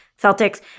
Celtics